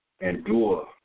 Endure